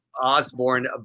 Osborne